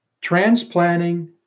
Transplanting